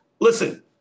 Listen